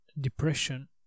depression